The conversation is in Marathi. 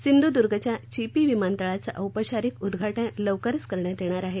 सिंधुदुर्गच्या चिपी विमानतळाचं औपचारिक उद्घाटन लवकरच करण्यात येणार आहे